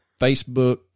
Facebook